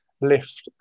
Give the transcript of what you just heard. lift